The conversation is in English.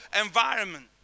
environment